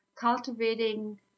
cultivating